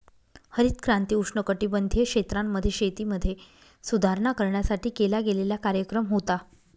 हरित क्रांती उष्णकटिबंधीय क्षेत्रांमध्ये, शेतीमध्ये सुधारणा करण्यासाठी केला गेलेला कार्यक्रम होता